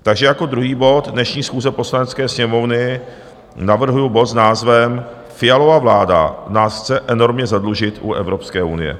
Takže jako druhý bod dnešní schůze Poslanecké sněmovny navrhuji bod s názvem Fialova vláda nás chce enormně zadlužit u Evropské unie.